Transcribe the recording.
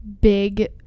big